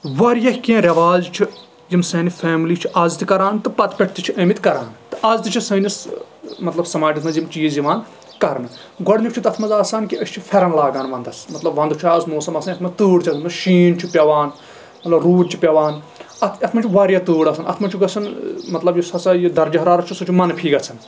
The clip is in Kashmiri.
واریاہ کیٚنٛہہ رٮ۪واج چھِ یِم سانہِ فیملی چھِ آز تہِ کران تہٕ پَتہٕ پٮ۪ٹھ تہِ چھِ آمٕتۍ کران تہٕ آز تہِ چھ سٲنِس مطلب سَماجس منٛز یِم چیٖز یِوان کَرنہٕ گۄڈٕنیُک چھُ تَتھ منٛز آسان کہِ أسۍ چھِ پھیرن لاگان وَنٛدس مطلب وَنٛدٕ چھُ آز موسم آسان یتھ منٛز تۭر چھِ آسان یتھ منٛز شیٖن چھُ پیوان مطلب روٗد چھُ پیوان اتھ اَتھ منٛز چھُ واریاہ تۭر آسان اَتھ منٛز چھُ گژھان مطلب یُس ہسا یہِ درجہِ حرارت چھُ سُہ چھُ مَنفی گژھان